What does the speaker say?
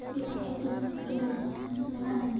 biscuits skin care items ᱢᱮᱱᱟᱜᱼᱟ